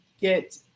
get